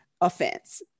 offense